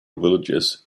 villages